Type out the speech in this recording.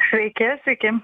sveiki sveiki